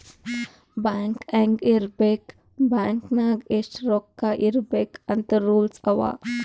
bank ಹ್ಯಾಂಗ್ ಇರ್ಬೇಕ್ bank ನಾಗ್ ಎಷ್ಟ ರೊಕ್ಕಾ ಇರ್ಬೇಕ್ ಅಂತ್ ರೂಲ್ಸ್ ಅವಾ